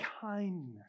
kindness